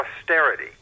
austerity